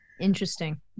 Interesting